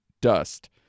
dust